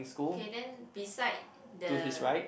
okay then beside the